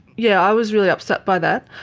yeah i was really upset by that.